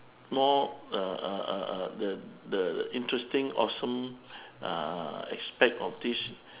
more uh uh uh uh the the interesting awesome uh aspect of this